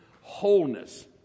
Wholeness